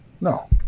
No